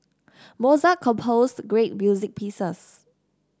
Mozart composed great music pieces